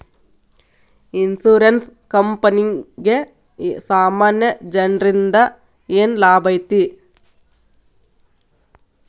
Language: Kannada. ಇನ್ಸುರೆನ್ಸ್ ಕ್ಂಪನಿಗೆ ಸಾಮಾನ್ಯ ಜನ್ರಿಂದಾ ಏನ್ ಲಾಭೈತಿ?